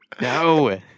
No